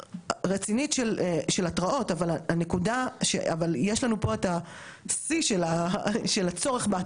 אבל יש לנו פה את השיא של הצורך בהתראות והוא עובדים שהכסף שלהם הולך,